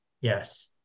Yes